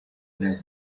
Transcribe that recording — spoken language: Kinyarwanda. ntabwo